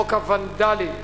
חוק הוונדלים,